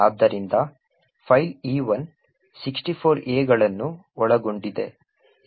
ಆದ್ದರಿಂದ file E1 64 A ಗಳನ್ನು ಒಳಗೊಂಡಿದೆ